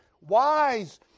wise